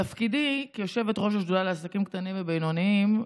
בתפקידי כיושבת-ראש השדולה לעסקים קטנים ובינוניים,